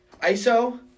ISO